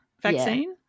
vaccine